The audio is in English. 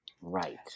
Right